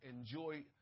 enjoy